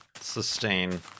sustain